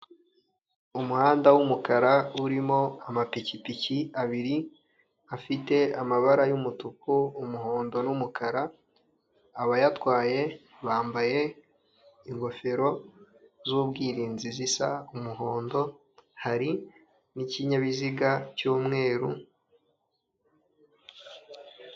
Umuhanda w'umukara urimo amapikipiki abiri afite amabara y'umutuku, umuhondo numukara abayatwaye bambaye ingofero z'ubwirinzi zisa umuhondo, hari n'ikinyabiziga cy'umweru.